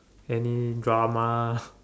any drama